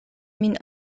min